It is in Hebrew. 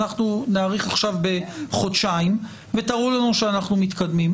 אנחנו נאריך עכשיו בחודשיים ותראו לנו שאנחנו מתקדמים.